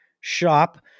shop